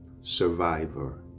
survivor